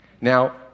Now